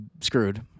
screwed